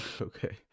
okay